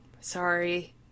Sorry